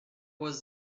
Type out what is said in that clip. was